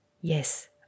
Yes